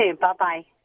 Bye-bye